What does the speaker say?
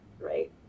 right